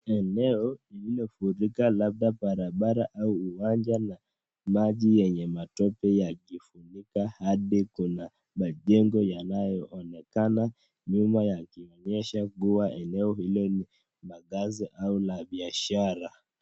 Eneo lililofurika labda barabara au uwanja na maji yenye matope yakifunika hadi kuna majengo yanaonekana nyuma yakionyesha kua eneo hilo ni la kazi au la biashara.